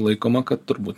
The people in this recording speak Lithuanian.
laikoma kad turbūt